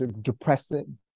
depressing